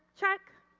check.